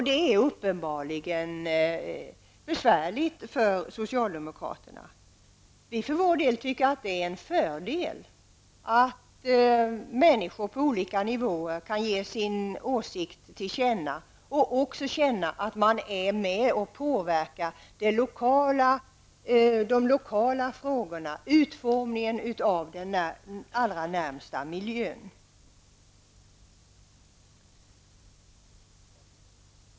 Detta är uppenbarligen besvärligt för socialdemokraterna, men vi för vår del anser att det är en fördel att människor på olika nivåer kan ge sin åsikt till känna och också märka att de är med och påverkar de lokala frågorna, utformningen av den allra närmsta miljön.